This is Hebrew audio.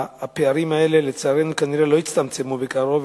הפערים האלה כנראה לא יצטמצמו בקרוב,